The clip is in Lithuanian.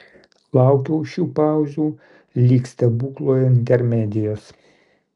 laukiau šių pauzių lyg stebuklo intermedijos